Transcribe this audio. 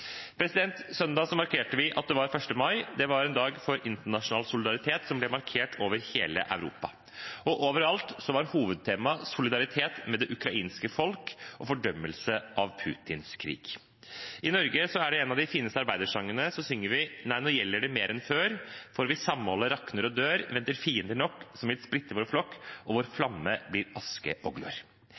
Søndag markerte vi at det var 1. mai. Det var en dag for internasjonal solidaritet som ble markert over hele Europa. Overalt var hovedtemaet solidaritet med det ukrainske folk og fordømmelse av Putins krig. I Norge, i en av de fineste arbeidersangene, synger vi: «Nei, nå gjelder det mere enn før! For hvis samholdet rakner og dør, venter fiender nok som vil splitte vår flokk. Og vår flamme blir aske og glør.»